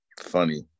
funny